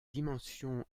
dimensions